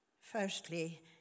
Firstly